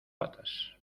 patas